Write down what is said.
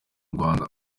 rwanda